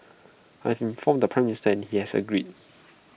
I informed the Prime Minister he has agreed